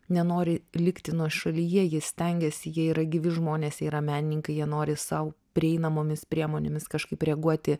nenori likti nuošalyje jis stengiasi jie yra gyvi žmonės jie yra menininkai jie nori sau prieinamomis priemonėmis kažkaip reaguoti